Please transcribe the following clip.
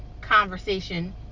conversation